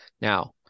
Now